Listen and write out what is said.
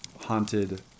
haunted